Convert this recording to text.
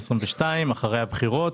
אחרי הבחירות,